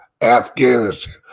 Afghanistan